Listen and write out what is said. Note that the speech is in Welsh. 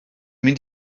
mynd